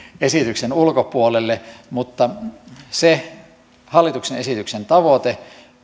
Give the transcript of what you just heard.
esityksen ulkopuolelle mutta se hallituksen esityksen tavoite